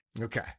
Okay